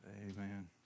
amen